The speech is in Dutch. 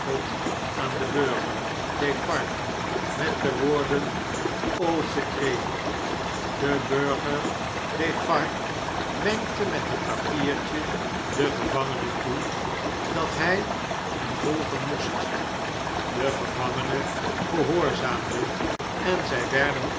aan den burger defarge met de woorden an secret de burger defarge wenkte met het papiertje den gevangene toe dat hg hem volgen moest de gevangene gehoorzaamde en zg werden